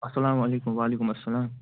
اسلام علیکُم وعلیکُم اسلام